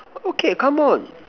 okay come on